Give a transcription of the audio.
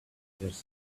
stranger